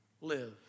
live